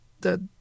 that—